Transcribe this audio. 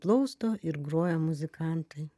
plausto ir groja muzikantai